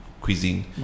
cuisine